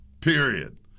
Period